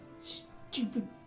Stupid